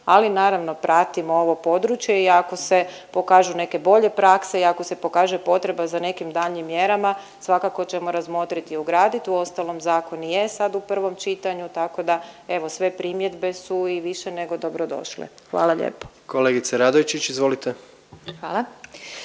ali naravno pratimo ovo područje i ako se pokažu neke bolje prakse i ako se pokaže potreba za nekim daljnjim mjerama svakako ćemo razmotrit i ugradit, uostalom zakon i je sad u prvom čitanju, tako da evo sve primjedbe su i više nego dobrodošle, hvala lijepo. **Jandroković, Gordan